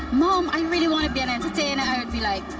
mom, i really want to be an entertainer. i would be like,